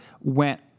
went